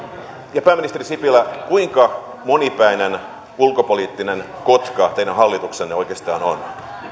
ja pääministeri sipilä kuinka monipäinen ulkopoliittinen kotka teidän hallituksenne oikeastaan on